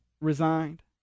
resigned